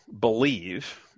believe